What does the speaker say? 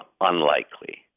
unlikely